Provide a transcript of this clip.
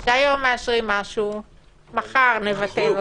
שהיום מאשרים משהו ומחר נבטל אותו.